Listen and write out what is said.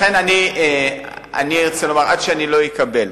לכן אני ארצה לומר: עד שאני לא אקבל,